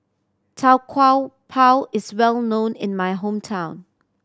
Tau Kwa Pau is well known in my hometown